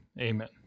Amen